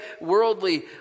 worldly